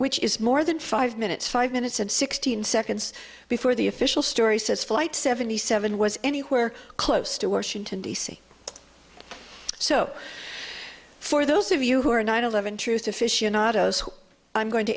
which is more than five minutes five minutes and sixteen seconds before the official story says flight seventy seven was anywhere close to washington d c so for those of you who are nine eleven truth aficionados who i'm going to